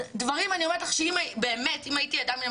דברים אני אומרת לך באמת שאם הייתי אדם מן